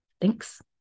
Thanks